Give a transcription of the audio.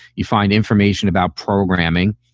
you find information about programming.